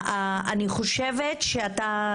אני חושבת שאתה,